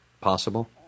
possible